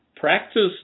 Practice